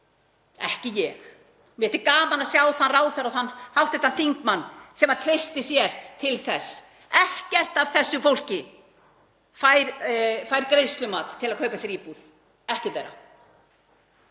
Ekki ég. Mér þætti gaman að sjá þann ráðherra eða þann hv. þingmann sem treysti sér til þess. Ekkert af þessu fólki fær greiðslumat til að kaupa sér íbúð. Ekkert þeirra.